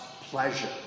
pleasure